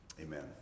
amen